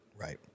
Right